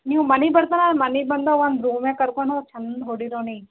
ನೀವು ಮನಿಗೆ ಬರ್ತಾನಲ್ಲ ಮನಿಗೆ ಬಂದಾಗ ಒನ್ ರೂಮ್ಯಾಗೆ ಕರ್ಕೊಂಡು ಹೋಗಿ ಚಂದ ಹೊಡೀರಿ ಅವ್ನಿಗೆ